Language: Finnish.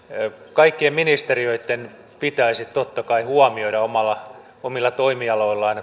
kaikkien ministeriöitten pitäisi totta kai huomioida omilla toimialoillaan